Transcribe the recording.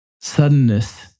suddenness